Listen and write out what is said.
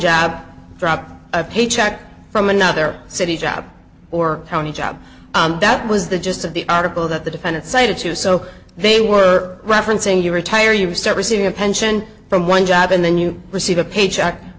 job drop a paycheck from another city job or county job that was the gist of the article that the defendant cited to you so they were referencing you retire you start receiving a pension from one job and then you receive a paycheck